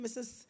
Mrs